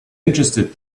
interested